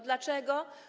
Dlaczego?